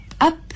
up